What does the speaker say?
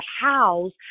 house